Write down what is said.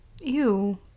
Ew